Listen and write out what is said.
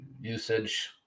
usage